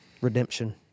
redemption